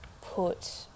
put